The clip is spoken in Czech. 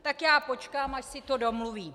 Tak já počkám, až si to domluví.